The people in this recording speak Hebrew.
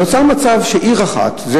נוצר מצב שבעיר אחת,